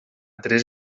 tres